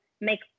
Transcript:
make